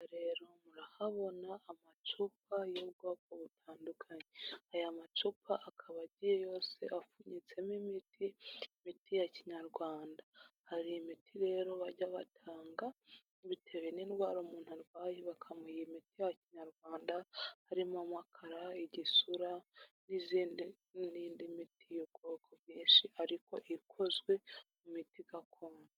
Aha ngaha rero murahabona amacupa y'ubwoko butandukanye, aya macupa akaba agiye yose apfunyitsemo imiti, imiti ya kinyarwanda. Hari imiti rero bajya batanga bitewe n'indwara umuntu arwaye bakamuha imiti ya kinyarwanda, harimo amakara, igisura, n'indi miti y'ubwoko bwinshi ariko ikozwe mu miti gakondo.